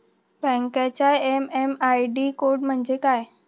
बँकेचा MM ID code म्हणजे काय?